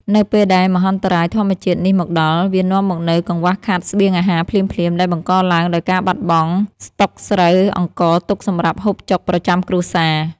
នៅពេលដែលមហន្តរាយធម្មជាតិនេះមកដល់ វានាំមកនូវកង្វះខាតស្បៀងអាហារភ្លាមៗ ដែលបង្កឡើងដោយការបាត់បង់ស្តុកស្រូវអង្ករទុកសម្រាប់ហូបចុកប្រចាំគ្រួសារ។